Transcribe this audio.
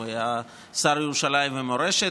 הוא היה שר ירושלים ומורשת,